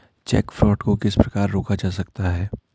Check fraud को किस प्रकार रोका जा सकता है?